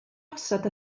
osod